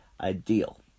ideal